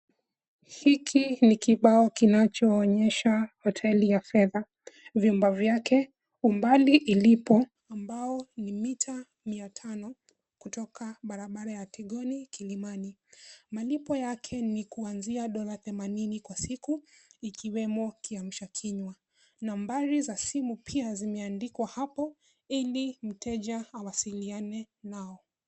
Hiki ni kibao kinachoonyesha hoteli ya fedha. Vyumba vyake umbali ilipo ambao ni mia mia tano kutoka barabara ya Kigoni Kilimani. Malipo yake ni kuanzia dola themanini kwa siku ikiwemo kiamsha kinywa. Nambari za simu pia zimeandikwa hapo ili mteja awasiliane nao.